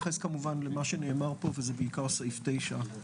מייצגת כאן כנבחרת ציבור את כל בתי החולים הציבוריים,